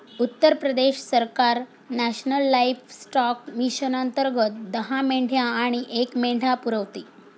उत्तर प्रदेश सरकार national livestock mission अंतर्गत दहा मेंढ्या आणि एक मेंढा पुरवते